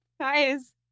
Guys